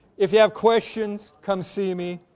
if you have questions, come see me.